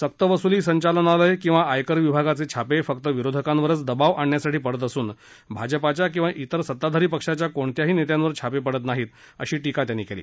सक्तवसुली संचालनालय किंवा आयकर विभागाचे छापे हे फक्त विरोधकांवरच दबाव आणण्यासाठी पडत असून भाजपाच्या किंवा तिर सत्ताधारी पक्षाच्या कोणत्याही नेत्यांवर छापे पडत नाहीत अशी टिकाही नायडू यांनी केली